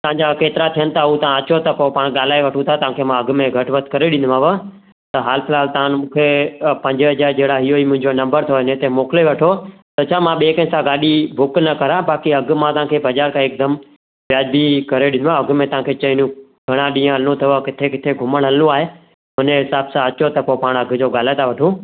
तव्हांजा केतिरा थियनि था ऐं तव्हां अचो त पाण ॻाल्हाए वठूं था तव्हांखे मां अघ में घटि वधु करे ॾींदोमांव त हालु फ़िल्हाल तव्हां मूंखे पंज हज़ार जहिड़ा इहो ई मुंहिंजो नम्बर अथव हिन ते मोकिले वठो त छा मां ॿिए कंहिं सां गाॾी बुक न कयां बाक़ी अघु मां तव्हांखे बज़ार खां हिकदमि वाजिबी करे ॾींदोमांव अघु में तव्हांखे चवणो घणा ॾींहं हलिणो अथव किथे किथे घुमणु हलिणो आहे उन हिसाब सां अचो त पोइ पाण अघ जो ॻाल्हाए था वठूं